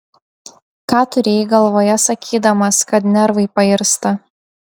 ką turėjai galvoje sakydamas kad nervai pairsta